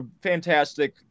fantastic